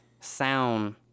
sound